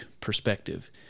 perspective